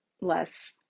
less